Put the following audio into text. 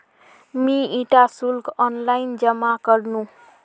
मी इटा शुल्क ऑनलाइन जमा करनु